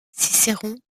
cicéron